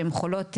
שהם חולות,